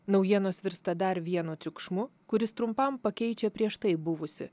naujienos virsta dar vienu triukšmu kuris trumpam pakeičia prieš tai buvusį